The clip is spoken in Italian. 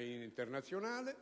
internazionale: